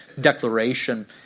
declaration